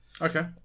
okay